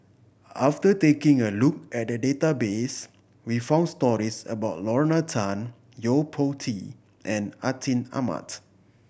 after taking a look at the database we found stories about Lorna Tan Yo Po Tee and Atin Amat